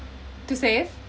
to save